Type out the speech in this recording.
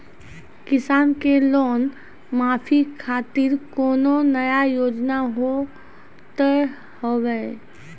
किसान के लोन माफी खातिर कोनो नया योजना होत हाव?